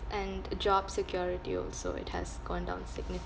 and job security also it has gone down